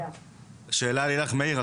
מאיר,